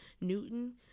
Newton